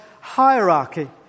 hierarchy